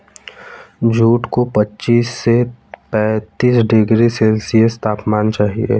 jute को पच्चीस से पैंतीस डिग्री सेल्सियस तापमान चाहिए